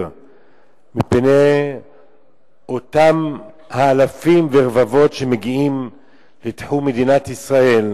מפני אותם אלפים ורבבות שמגיעים לתחום מדינת ישראל.